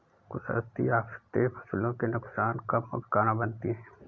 कुदरती आफतें फसलों के नुकसान का मुख्य कारण बनती है